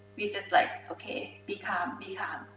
we just like okay be calm, be calm.